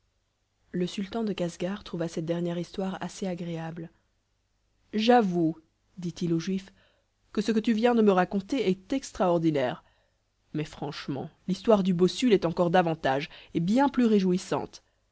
le sultan de casgar trouva cette dernière histoire assez agréable j'avoue dit-il au juif que ce que tu viens de me raconter est extraordinaire mais franchement l'histoire du bossu l'est encore davantage et bien plus réjouissante